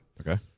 Okay